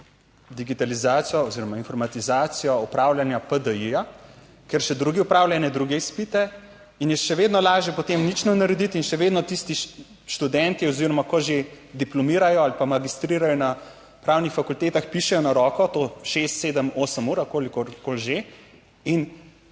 digitalizacijo oziroma informatizacijo opravljanja PDI, ker še drugi opravljajo druge izpite in je še vedno lažje potem nič narediti in še vedno tisti študentje oziroma, ko že diplomirajo ali pa magistrirajo na pravnih fakultetah, pišejo na roko to šest, sedem, osem ur ali kolikorkoli